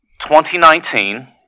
2019